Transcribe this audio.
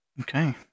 Okay